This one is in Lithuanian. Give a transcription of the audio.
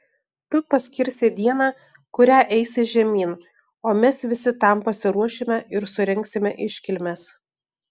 tu paskirsi dieną kurią eisi žemyn o mes visi tam pasiruošime ir surengsime iškilmes